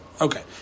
okay